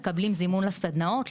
מקבלים זימון לסדנאות,